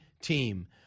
team